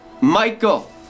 Michael